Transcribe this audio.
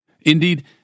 Indeed